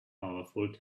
powerful